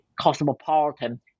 cosmopolitan